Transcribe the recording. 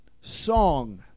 song